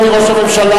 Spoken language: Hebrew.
אדוני ראש הממשלה,